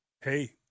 Hey